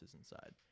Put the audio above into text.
inside